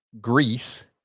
Greece